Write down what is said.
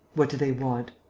what do they want?